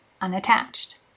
unattached